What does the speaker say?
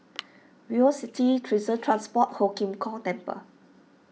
VivoCity Transport Ho Kim Kong Temple